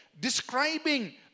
describing